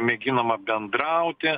mėginama bendrauti